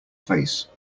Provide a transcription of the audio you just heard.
face